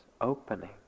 opening